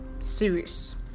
series